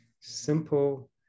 simple